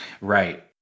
right